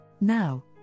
Now